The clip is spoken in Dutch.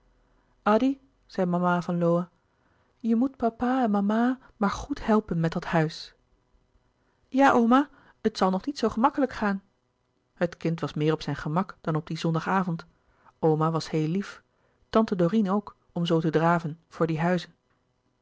addy zei mama van lowe je moet papa en mama maar goed helpen met dat huis louis couperus de boeken der kleine zielen ja oma het zal nog niet zoo gemakkelijk gaan het kind was meer op zijn gemak dan op dien zondag avond oma was heel lief tante dorine ook om zoo te draven voor die huizen